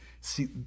see